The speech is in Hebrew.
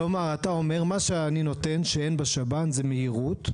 כלומר אתה אומר מה שאני נותן שאין בשב"ן זה מהירות.